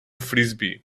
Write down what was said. frisbee